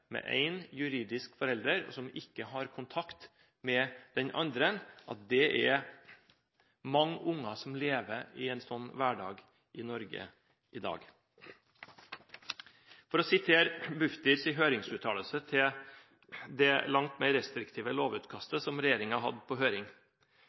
med én juridisk forelder, og som ikke har kontakt med den andre – er mange, og at det er mange unger som lever i en sånn hverdag i Norge i dag. For å sitere Bufdirs høringsuttalelse til det langt mer restriktive